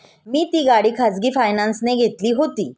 मी ती गाडी खाजगी फायनान्सने घेतली होती